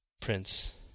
prince